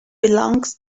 belongs